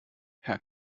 herr